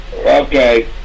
Okay